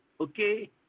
Okay